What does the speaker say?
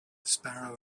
sparrow